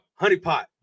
honeypot